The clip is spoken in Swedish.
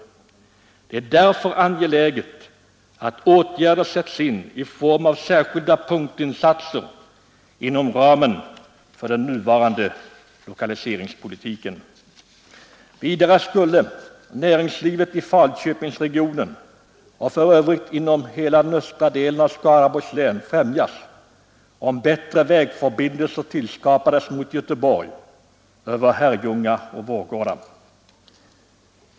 Det är därför angeläget att åtgärder sätts in i form av särskilda punktinsatser inom ramen för nuvarande lokaliseringspolitik. Vidare skulle näringslivet i Falköpingsregionen och för övrigt inom östra delen av Skaraborgs län främjas om bättre vägförbindelse tillskapades mot Göteborg över Herrljunga och Vårgårda.